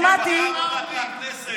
כשבחרנו אותך לכנסת.